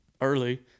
early